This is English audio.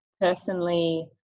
personally